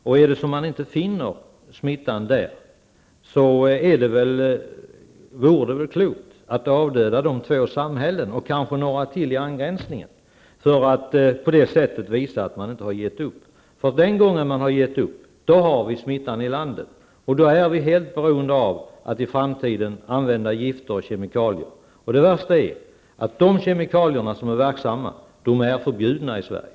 Finner man inte smittan där, vore det klokt att avdöda de två samhällen där smittan finns och kanske några till i angränsande områden, för att visa att man inte har gett upp. När man har gett upp, då har vi smittan i landet. Då är vi beroende av att i framtiden använda gifter och kemikalier. Det värsta är att de kemikalier som är verksamma är förbjudna i Sverige.